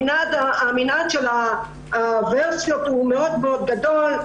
מנעד הוורסיות גדול מאוד,